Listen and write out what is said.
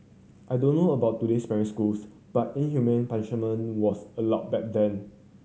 I don't know about today's primary schools but inhumane punishment was allowed back then